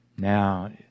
Now